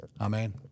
Amen